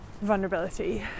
vulnerability